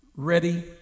ready